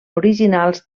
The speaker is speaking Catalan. originals